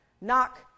knock